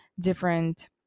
different